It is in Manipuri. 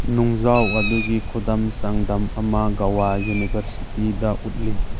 ꯅꯨꯡꯖꯥꯎ ꯑꯗꯨꯒꯤ ꯈꯨꯗꯝ ꯆꯥꯡꯗꯝ ꯑꯃ ꯒꯣꯋꯥ ꯌꯨꯅꯤꯕꯔꯁꯤꯇꯤꯗ ꯎꯠꯂꯤ